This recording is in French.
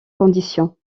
conditions